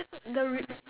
the ri~